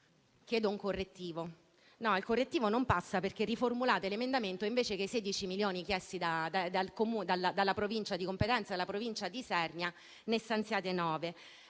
chiesto un correttivo, ma il correttivo non passa, perché riformulate l'emendamento e invece che i 16 milioni chiesti dalla Provincia di competenza, ovvero dalla Provincia di Isernia, ne stanziate 9.